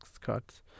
cuts